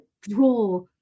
draw